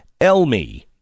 Elmi